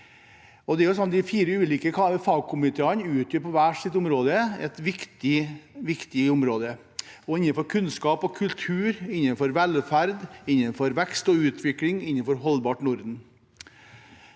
De fire ulike fagkomiteene utgjør hver for seg viktige områder – innenfor kunnskap og kultur, velferd, vekst og utvikling og et holdbart Norden.